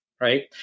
Right